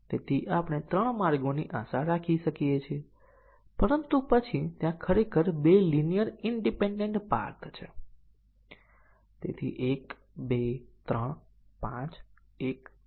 અને આપણે પહેલેથી જ કહીએ છીએ કે તે ટેસ્ટીંગ ની સંપૂર્ણતા અને ટેસ્ટીંગ ના કદનું સંતુલન પૂરું પાડે છે